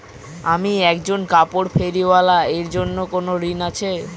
আমি একজন কাপড় ফেরীওয়ালা এর জন্য কোনো ঋণ আছে?